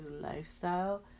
lifestyle